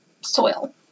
soil